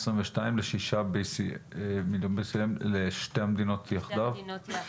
לשנה לשתי המדינות יחד.